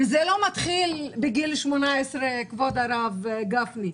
זה לא מתחיל בגיל 18, כבוד הרב גפני,